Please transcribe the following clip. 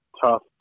tough